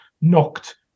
knocked